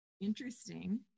interesting